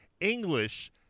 English